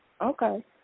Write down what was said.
Okay